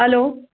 hello